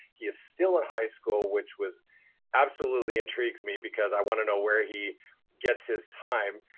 he is still high school, which was absolutely intrigues me because i want to know where he gets his time.